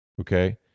okay